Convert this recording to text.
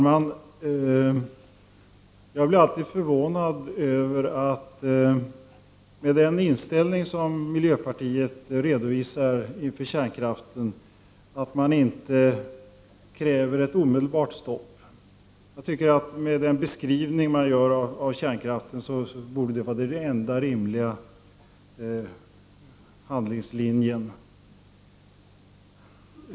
Herr talman! Med tanke på den inställning som miljöpartiet redovisar när det gäller kärnkraften blir jag alltid förvånad över att man inte kräver ett omedelbart stopp. Som man beskriver kärnkraften borde det, tycker jag, vara den enda riktiga handlingslinjen.